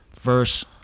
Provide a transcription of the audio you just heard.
verse